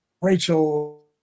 Rachel